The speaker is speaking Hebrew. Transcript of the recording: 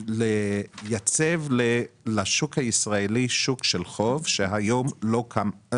לייצב לשוק הישראלי שוק של חוב שהיום לא קם.